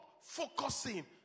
focusing